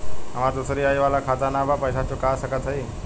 हमारी दूसरी आई वाला खाता ना बा पैसा चुका सकत हई?